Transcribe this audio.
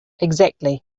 exactly